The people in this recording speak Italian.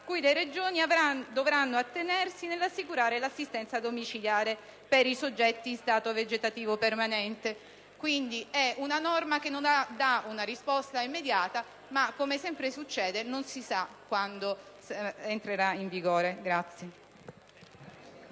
Guida le Regioni dovranno provvedere ad assicurare l'assistenza domiciliare per i soggetti in stato vegetativo permanente. Quindi, è una norma che non dà una risposta immediata e che, come sempre succede, non si sa quando entrerà in vigore.